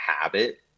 habit